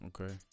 Okay